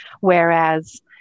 whereas